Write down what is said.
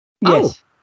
Yes